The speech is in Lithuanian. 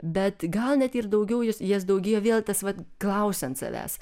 bet gal net ir daugiau jis jas daugėjo vėl tas vat klausiant savęs